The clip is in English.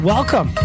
Welcome